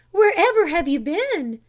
wherever have you been?